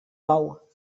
bou